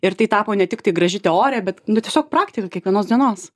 ir tai tapo ne tiktai graži teorija bet nu tiesiog praktika kiekvienos dienos